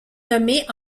nommée